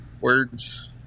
words